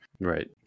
Right